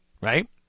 right